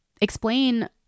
explain